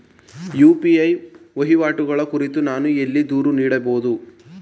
UPI ವಹಿವಾಟುಗಳ ಕುರಿತು ನಾನು ಎಲ್ಲಿ ದೂರು ನೀಡಬಹುದು?